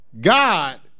God